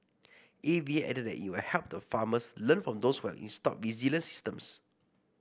A V A added that it will help the farmers learn from those who have installed resilient systems